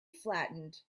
flattened